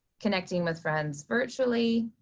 connecting with friends virtually,